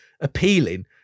appealing